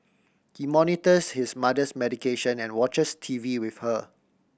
he monitors his mother's medication and watches T V with her